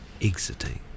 ...exiting